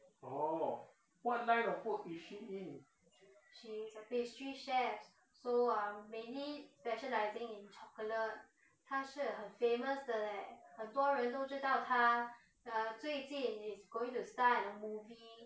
orh what line of work is she in